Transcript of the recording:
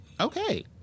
Okay